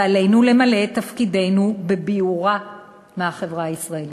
ועלינו למלא את תפקידנו בביעורה מהחברה הישראלית.